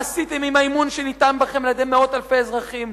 מה עשיתם עם האמון שנתנו בכם מאות אלפי אזרחים?